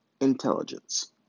intelligence